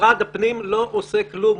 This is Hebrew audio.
משרד הפנים לא עושה כלום.